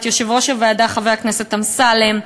את יושב-ראש הוועדה חבר הכנסת אמסלם,